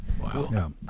wow